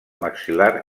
maxil·lar